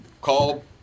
call